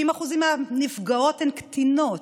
60% מהנפגעות הן קטינות,